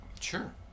Sure